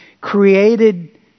created